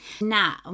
Now